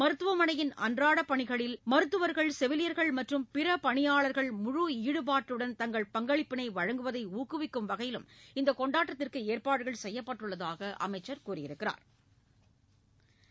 மருத்துவமனையின் அன்றாட பணிகளில் மருத்துவர்கள் செவிலியர்கள் மற்றும் பிற பணியாளர்கள் முழு ஈடுபாட்டுடன் தங்கள் பங்களிப்பினை வழங்குவதை ஊக்குவிக்கும் வகையிலும் இந்த கொண்டாட்டத்திற்கு ஏற்பாடுகள் செய்யப்பட்டுள்ளதாக அமைச்சா் தெரிவித்துள்ளாா்